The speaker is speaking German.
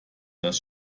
dass